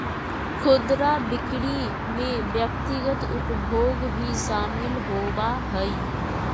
खुदरा बिक्री में व्यक्तिगत उपभोग भी शामिल होबा हइ